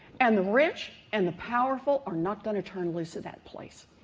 and the rich and the powerful are not going to turn loose at that place.